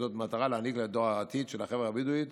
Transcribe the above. במטרה להעניק לדור העתיד של החברה הבדואית